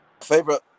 favorite